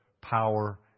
power